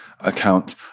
account